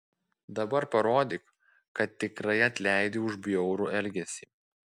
dabar parodyk kad tikrai atleidi už bjaurų elgesį